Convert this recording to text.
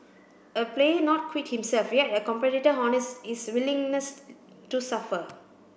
a player not quite himself yet a competitor honest his willingness to suffer